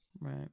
Right